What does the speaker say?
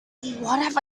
have